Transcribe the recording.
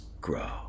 grow